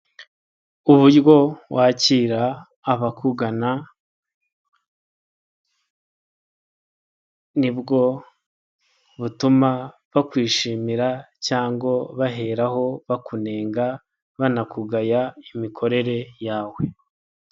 Uburyo wakira abakugana nibwo butuma bakwishimira cyangwa baheraho bakunenga banakugaya imikorere yawe.